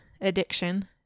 addiction